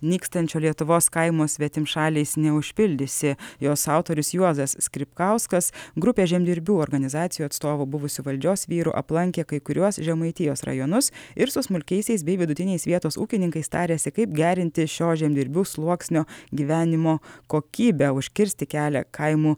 nykstančio lietuvos kaimo svetimšaliais neužpildysi jos autorius juozas skripkauskas grupė žemdirbių organizacijų atstovų buvusių valdžios vyrų aplankė kai kuriuos žemaitijos rajonus ir su smulkiaisiais bei vidutiniais vietos ūkininkais tarėsi kaip gerinti šio žemdirbių sluoksnio gyvenimo kokybę užkirsti kelią kaimų